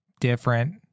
different